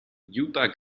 utah